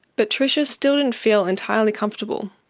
but tricia still didn't feel entirely comfortable.